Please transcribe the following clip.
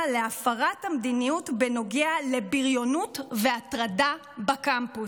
להפרת המדיניות בנוגע לבריונות והטרדה בקמפוס.